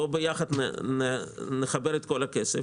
ביחד נחבר את כל הכסף,